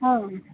हां